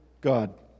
God